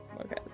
Okay